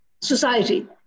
society